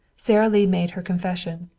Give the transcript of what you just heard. sara lee made her confession.